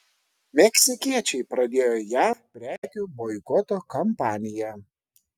meksikiečiai pradėjo jav prekių boikoto kampaniją